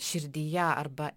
širdyje arba